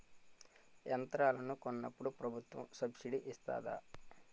యంత్రాలను కొన్నప్పుడు ప్రభుత్వం సబ్ స్సిడీ ఇస్తాధా?